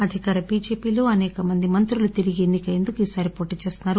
అధికార బిజెపిలో అసేకమంది మంత్రులు తిరిగి ఎన్నిక ఎందుకు ఈసారి పోటీ చేస్తున్నారు